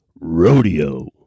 Rodeo